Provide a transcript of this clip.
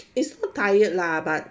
it's not tired lah but